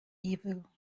evil